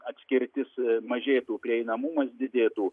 atskirtis mažėtų prieinamumas didėtų